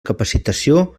capacitació